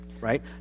right